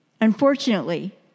Unfortunately